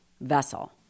vessel